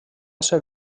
ser